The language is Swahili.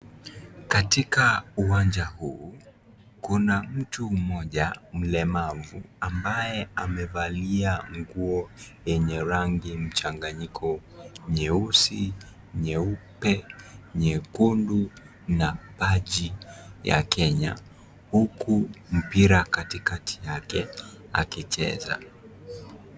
Katika uwanja huu kuna mtu mmoja mlemavu ambaye amevalia nguo yenye rangi mchanganyiko nyeusi, nyeupe, nyekundu na baji ya Kenya huku mpira katikati yake akicheza.